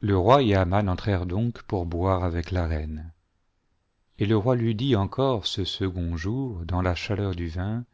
le roi et aman entrèrent donc pour boire avec la reine et le roi lui dit encore ce second jour dans la chaleur du vin